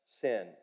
sin